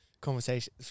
conversation